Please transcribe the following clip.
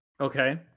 Okay